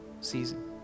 season